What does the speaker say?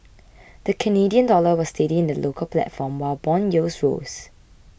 the Canadian dollar was steady in the local platform while bond yields rose